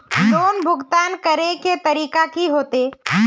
Loan भुगतान करे के तरीका की होते?